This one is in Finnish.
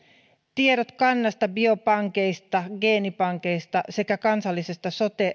tiedot kannasta biopankeista geenipankeista sekä kansallisesta sote